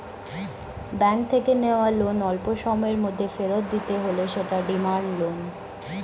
bank থেকে নেওয়া loan অল্পসময়ের মধ্যে ফেরত দিতে হলে সেটা ডিমান্ড লোন